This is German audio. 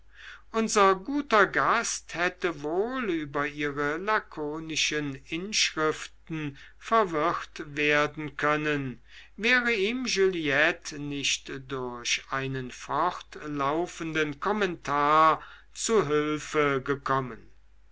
unser guter gast hätte wohl über ihre lakonischen inschriften verwirrt werden können wäre ihm juliette nicht durch einen fortlaufenden kommentar zu hülfe gekommen